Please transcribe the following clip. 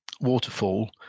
waterfall